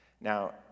Now